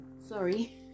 sorry